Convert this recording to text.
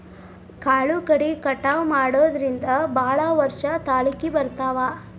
ಕಾಳು ಕಡಿ ಕಟಾವ ಮಾಡಿಂದ ಭಾಳ ವರ್ಷ ತಾಳಕಿ ಬರ್ತಾವ